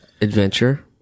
adventure